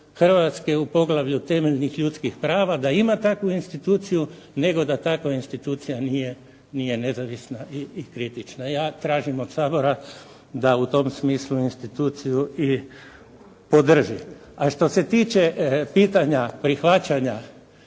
Hrvatske u poglavlju Temeljnih ljudskih prava da ima takvu instituciju, nego da takva institucija nije nezavisna i kritična. Ja tražim od Sabora da u tom smislu instituciju i podrži. A što se tiče pitanja prihvaćanja